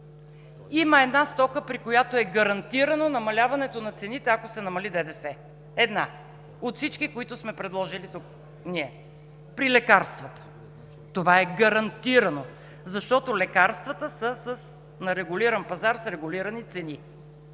Има една стока, при която е гарантирано намаляването на цените, ако се намали ДДС – една, от всички, които сме предложили тук ние – при лекарствата. Това е гарантирано, защото лекарствата са на регулиран пазар с регулирани цени.